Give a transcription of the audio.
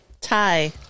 Tie